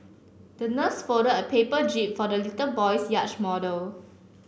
the nurse folded a paper jib for the little boy's yacht model